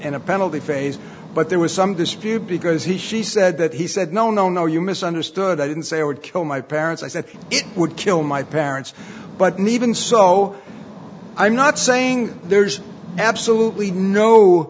and a penalty phase but there was some dispute because he she said that he said no no no you misunderstood i didn't say i would kill my parents i said it would kill my parents but me even so i'm not saying there's absolutely no